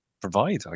provide